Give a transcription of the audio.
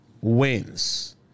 wins